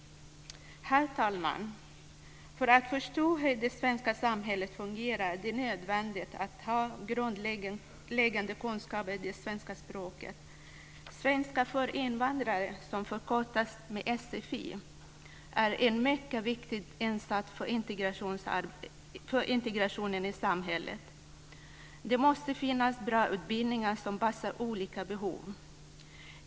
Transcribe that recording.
Herr talman! För att man ska förstå hur det svenska samhället fungerar är det nödvändigt att ha grundläggande kunskaper i det svenska språket. Svenska för invandrare, sfi, är en mycket viktig insats för integrationen i samhället. Det måste finnas utbildningar som passar olika behov.